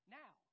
now